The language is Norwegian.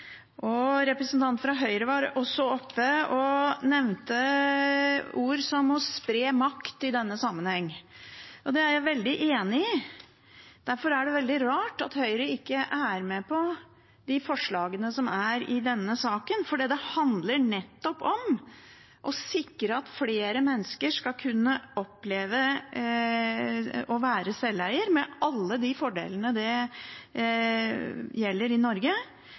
fra Høyre var i denne sammenheng også oppe og nevnte ord som å spre makt. Det er jeg veldig enig i. Derfor er det veldig rart at Høyre ikke er med på de forslagene som er i denne saken, fordi det nettopp handler om å sikre at flere mennesker skal kunne oppleve å være sjøleier, med alle de fordelene det gir i Norge,